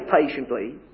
patiently